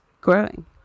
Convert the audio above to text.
growing